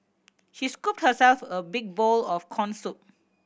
she scooped herself a big bowl of corn soup